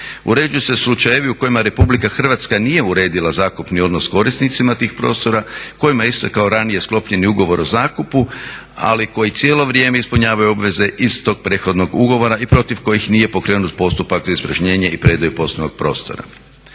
uređuju se slučajevi u kojima Republika Hrvatska nije uredila zakupni odnos korisnicima tih prostora kojima je istekao ranije sklopljeni ugovor o zakupu ali koji cijelo vrijeme ispunjavaju obveze iz tog prethodnog ugovora i protiv kojih nije pokrenut postupak za ispražnjenje i predaju poslovnog prostora.